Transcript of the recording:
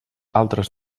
altres